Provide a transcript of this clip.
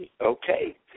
okay